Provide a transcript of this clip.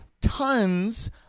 tons